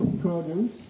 produce